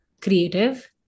creative